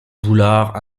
boulard